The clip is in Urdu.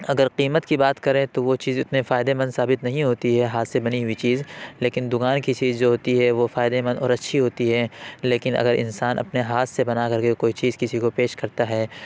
اگر قیمت کی بات کریں تو وہ چیز اتنے فائدے مند ثابت نہیں ہوتی ہے ہاتھ سے بنی ہوئی چیز لیکن دکان کی چیز جو ہوتی ہے وہ فائدے مند اور اچھی ہوتی ہیں لیکن اگر انسان اپنے ہاتھ سے بنا کر کے کوئی چیز کسی کو پیش کرتا ہے